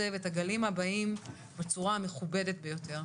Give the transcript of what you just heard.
ואת הגלים הבאים בצורה המכובדת ביותר.